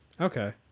Okay